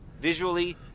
Visually